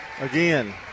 again